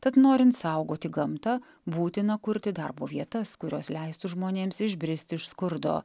tad norint saugoti gamtą būtina kurti darbo vietas kurios leistų žmonėms išbristi iš skurdo